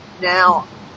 now